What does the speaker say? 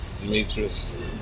Demetrius